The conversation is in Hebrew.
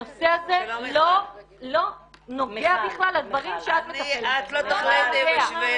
הנושא הזה לא נוגע בכלל לדברים שאת מטפלת בהם.